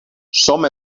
som